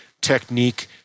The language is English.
technique